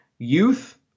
Youth